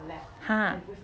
!huh!